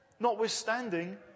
Notwithstanding